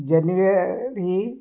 January